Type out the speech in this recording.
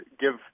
give